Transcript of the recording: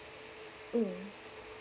mm